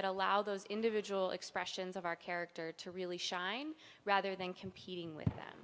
that allow those individual expressions of our character to really shine rather than competing with them